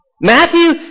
Matthew